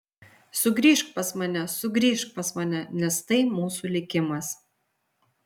sugrįžk pas mane sugrįžk pas mane nes tai mūsų likimas